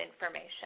information